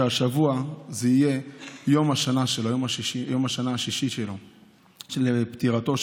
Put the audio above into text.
שהשבוע יהיה יום השנה השישי לפטירתו,